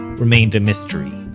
remained a mystery.